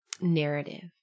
narrative